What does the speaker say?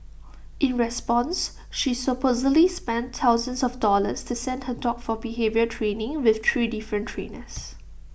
in response she supposedly spent thousands of dollars to send her dog for behaviour training with three different trainers